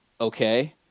okay